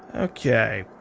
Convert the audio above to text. okay.